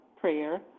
prayer